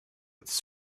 its